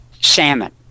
salmon